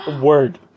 word